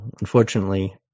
unfortunately